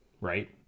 right